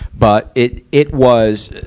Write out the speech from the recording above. but, it, it was,